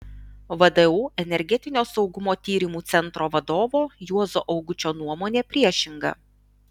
vdu energetinio saugumo tyrimų centro vadovo juozo augučio nuomonė priešinga